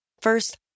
First